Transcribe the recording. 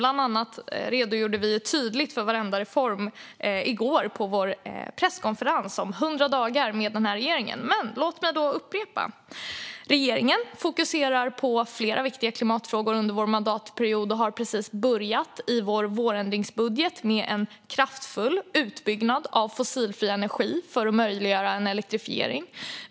Bland annat i går redogjorde vi tydligt för alla reformer på vår presskonferens om 100 dagar med regeringen, men låt mig upprepa vad som sas. Regeringen fokuserar på flera viktiga klimatfrågor under vår mandatperiod, och vi har precis i vår vårändringsbudget påbörjat en kraftfull utbyggnad av fossilfri energi för att möjliggöra en elektrifiering.